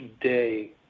day